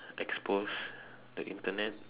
expose the Internet